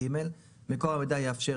מקור המידע יאפשר,